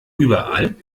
überall